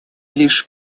лишь